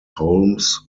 holmes